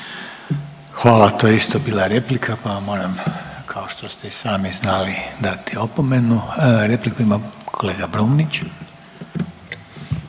Hvala. To je isto bila replika pa vam moram kao što ste i sami znali dati opomenu. Repliku ima kolega Brumnić.